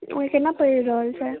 ओ एखनि ने पढ़ि रहल छथि